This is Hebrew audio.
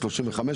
35,